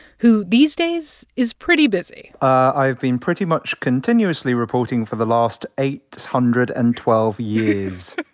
who, these days, is pretty busy i've been pretty much continuously reporting for the last eight hundred and twelve years